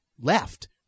left